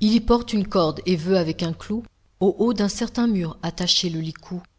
il y porte une corde et veut avec un clou au haut d'un certain mur attacher le licou